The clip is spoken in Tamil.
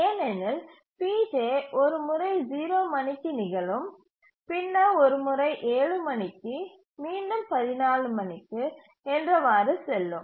ஏனெனில் pj ஒரு முறை 0 மணிக்கு நிகழும் பின்னர் ஒரு முறை 7 மணிக்கு மீண்டும் 14 மணிக்கு என்றவாறு செல்லும்